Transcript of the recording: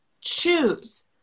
choose